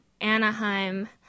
Anaheim